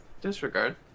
disregard